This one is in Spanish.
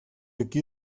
aquí